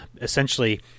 essentially